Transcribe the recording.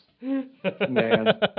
man